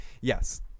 Yes